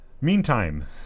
Meantime